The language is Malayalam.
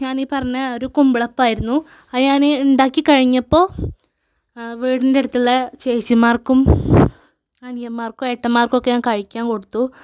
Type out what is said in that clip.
ഞാൻ ഈ പറഞ്ഞ ഒരു കുമ്പിളപ്പം ആയിരുന്നു അത് ഞാന് ഉണ്ടാക്കി കഴിഞ്ഞപ്പോൾ വീടിന്റെ അടുത്തുള്ള ചേച്ചിമാർക്കും അനിയന്മാർക്കും ഏട്ടന്മാർക്കും ഒക്കെ ഞാൻ കഴിക്കാൻ കൊടുത്തു